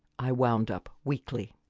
i wound up weakly.